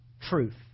truth